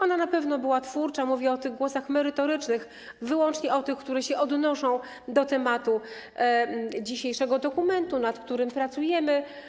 Ona na pewno była twórcza, mówię o głosach merytorycznych, wyłącznie o tych, które się odnoszą do dzisiejszego dokumentu, nad którym pracujemy.